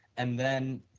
and then,